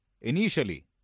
Initially